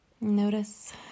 Notice